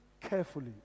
carefully